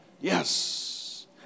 Yes